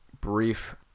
brief